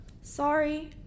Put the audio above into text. Sorry